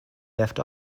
left